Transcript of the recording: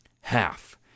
Half